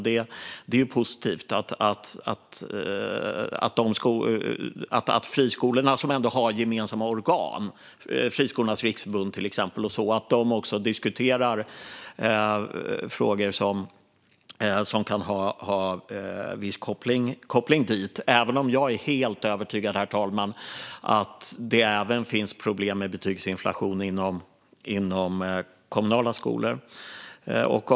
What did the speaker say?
Det är ju positivt att friskolorna som ändå har gemensamma organ, till exempel Friskolornas Riksförbund, också diskuterar frågor som kan ha viss koppling dit, även om jag är helt övertygad om att det finns problem med betygsinflation även inom kommunala skolor, herr talman.